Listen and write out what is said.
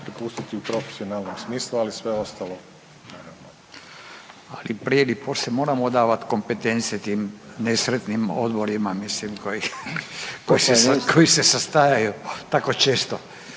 prepustiti u profesionalnom smislu, ali sve ostalo naravno. **Radin, Furio (Nezavisni)** Ali i prije i poslije moramo davati kompetencije tim nesretnim odborima, mislim koji se sastaju tako često.